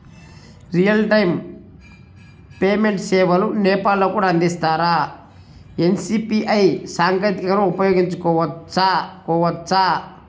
Real time payment సేవలు నేపాల్ లో కూడా అందిస్తారా? ఎన్.సి.పి.ఐ సాంకేతికతను ఉపయోగించుకోవచ్చా కోవచ్చా?